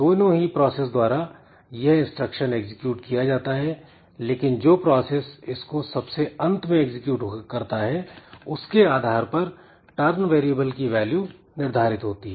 दोनों ही प्रोसेस द्वारा यह इंस्ट्रक्शन एग्जीक्यूट किया जाता है लेकिन जो प्रोसेस इसको सबसे अंत में एग्जीक्यूट करता है उसके आधार पर टर्न वेरिएबल की वैल्यू निर्धारित होती है